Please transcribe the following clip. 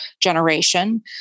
generation